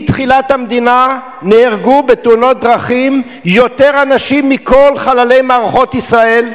מתחילת המדינה נהרגו בתאונות דרכים יותר אנשים מכל חללי מערכות ישראל,